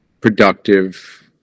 productive